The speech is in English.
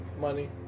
Money